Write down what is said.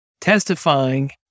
testifying